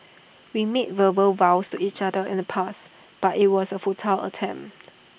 we made verbal vows to each other in the past but IT was A futile attempt